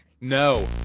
No